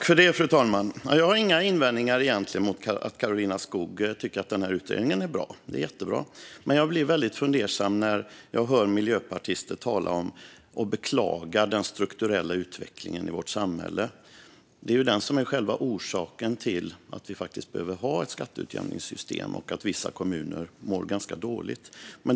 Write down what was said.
Fru talman! Jag har egentligen inga invändningar mot att Karolina Skog tycker att utredningen är bra. Men jag blir väldigt fundersam när jag hör miljöpartister beklaga den strukturella utvecklingen i vårt samhälle. Den är ju själva orsaken till att vi faktiskt behöver ha ett skatteutjämningssystem och att vissa kommuner mår ganska dåligt.